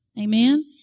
Amen